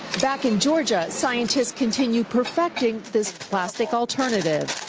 back in georgia, scientists continue perfecting this plastic alternative.